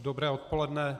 Dobré odpoledne.